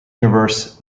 universe